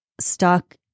stuck